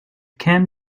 can